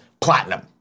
platinum